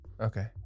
Okay